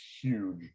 huge